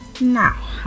Now